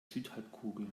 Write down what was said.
südhalbkugel